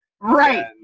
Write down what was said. Right